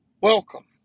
Welcome